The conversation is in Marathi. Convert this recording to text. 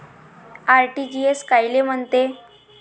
आर.टी.जी.एस कायले म्हनते?